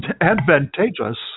advantageous